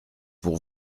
pour